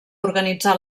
organitzar